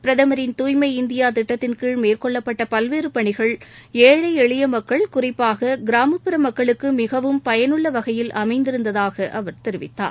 பிரதமரின் தூய்மை இந்தியாதிட்டத்தின்கீழ் மேற்கொள்ளப்பட்டபல்வேறுபணிகள் ஏழழஎளியமக்கள் குறிப்பாககிராமப்புற மக்களுக்குமிகவும் பயனுள்ளவகையில் அமைந்திருந்தாகஅவர் தெரிவித்தார்